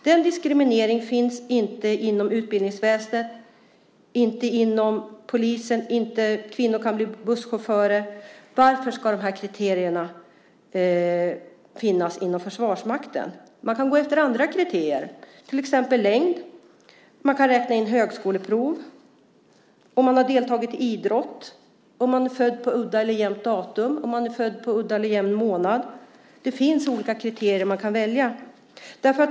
Denna diskriminering finns inte inom utbildningsväsendet och inte inom polisen, och kvinnor kan bli busschaufförer. Varför ska dessa urvalskriterier finnas inom Försvarsmakten? Man kan ha andra urvalskriterier, till exempel längd. Man kan räkna in högskoleprov och idrottsutövande. Andra urvalskriterier är om man är född på ett udda eller jämnt datum eller om man är född på en udda eller jämn månad. Det finns olika urvalskriterier som man kan välja.